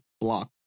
block